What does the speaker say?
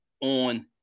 on